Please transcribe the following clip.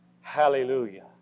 Hallelujah